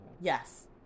Yes